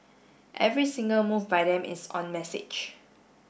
every single move by them is on message